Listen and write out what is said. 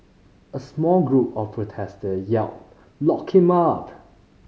a small group of protester yelled Lock him up